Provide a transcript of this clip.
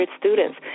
students